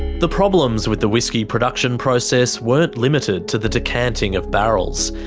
the problems with the whisky production process weren't limited to the decanting of barrels.